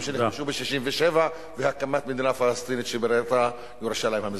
שנכבשו ב-67' והקמת מדינה פלסטינית שבירתה ירושלים המזרחית.